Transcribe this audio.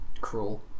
Cruel